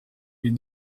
you